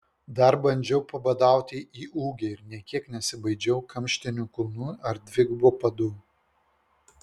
dar bandžiau pabadauti į ūgį ir nė kiek nesibaidžiau kamštinių kulnų ar dvigubų padų